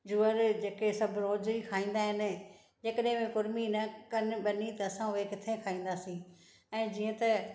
जूअर जेके सभु रोज़ ई खाईंदा आहिनि जेकॾहिं कुर्मी न कनि ॿनी त असां उहे किथे खाईंदासी ऐं जीअं त